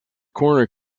corner